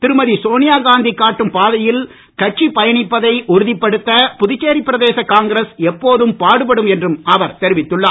திருமதி சோனியா காந்தி காட்டும் பாதையில் கட்சி பயணிப்பதை உறுதிப்படுத்த புதுச்சேரி பிரதேச காங்கிரஸ் எப்போதும் பாடுபடும் என்றும் அவர் தெரிவித்துள்ளார்